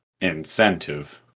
incentive